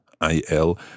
I-L